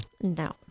No